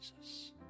Jesus